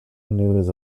news